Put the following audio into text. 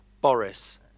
Boris